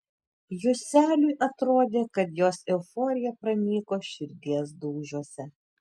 juseliui atrodė kad jos euforija pranyko širdies dūžiuose